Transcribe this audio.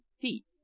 feet